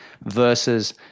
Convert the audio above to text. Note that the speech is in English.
versus